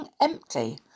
empty